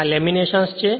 આ લેમિનેશંસ છે